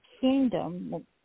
kingdom